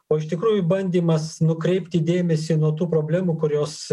o iš tikrųjų bandymas nukreipti dėmesį nuo tų problemų kurios